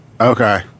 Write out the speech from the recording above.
Okay